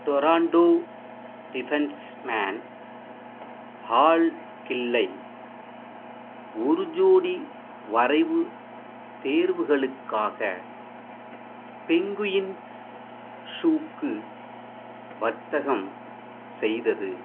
Toronto defenceman Hal கில்லை ஒரு ஜோடி வரைவு தேர்வுகளுக்காக பெங்குயின்ஸ்ஸுக்கு வர்த்தகம் செய்தது